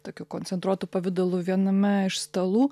tokiu koncentruotu pavidalu viename iš stalų